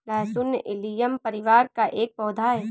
लहसुन एलियम परिवार का एक पौधा है